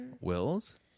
Wills